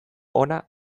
hona